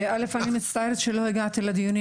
הכותרת של מורים